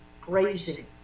grazing